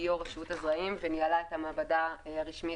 שהיא יו"ר רשות הזרעים וניהלה את המעבדה הרשמית